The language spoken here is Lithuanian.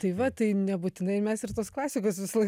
tai va tai nebūtinai mes ir tos klasikos visąlaik